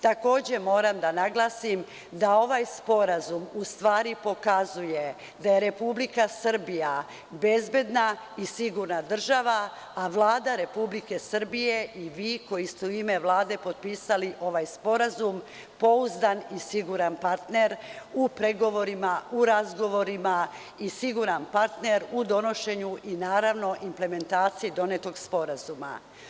Takođe, moram da naglasim da ovaj sporazum u stvari pokazuje da je Republika Srbija bezbedna i sigurna država, a Vlada Republike Srbije i vi koji ste u ime Vlade potpisali ovaj sporazum, pouzdan i siguran partner u pregovorima, u razgovorima i siguran partner u donošenju i naravno implementaciji donetog sporazuma.